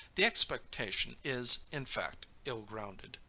the expectation is, in fact, ill grounded.